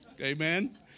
Amen